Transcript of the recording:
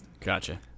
Gotcha